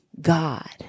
God